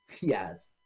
Yes